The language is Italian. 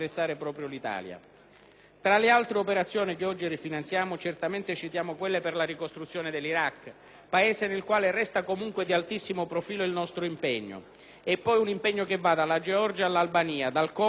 Tra le altre operazioni che oggi rifinanziamo certamente citiamo quelle per la ricostruzione dell'Iraq, Paese nel quale resta comunque di altissimo profilo il nostro impegno; e poi un impegno che va dalla Georgia, all'Albania, dal Congo a Hebron e Rafah,